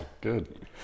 good